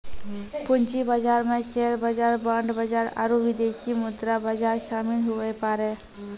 पूंजी बाजार मे शेयर बाजार बांड बाजार आरू विदेशी मुद्रा बाजार शामिल हुवै पारै